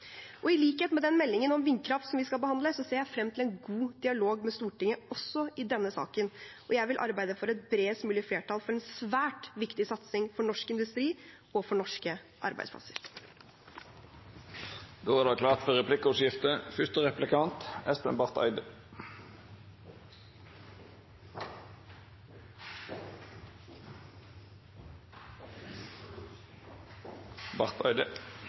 I likhet med meldingen om vindkraft som vi skal behandle, ser jeg frem til en god dialog med Stortinget også i denne saken, og jeg vil arbeide for et bredest mulig flertall for en svært viktig satsing for norsk industri og for norske